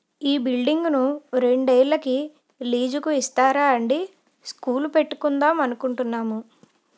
ఈ బిల్డింగును రెండేళ్ళకి లీజుకు ఇస్తారా అండీ స్కూలు పెట్టుకుందాం అనుకుంటున్నాము